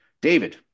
David